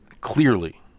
Clearly